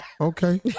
Okay